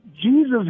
Jesus